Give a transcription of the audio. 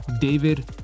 David